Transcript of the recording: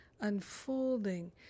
unfolding